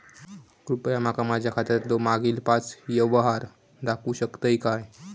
कृपया माका माझ्या खात्यातलो मागील पाच यव्हहार दाखवु शकतय काय?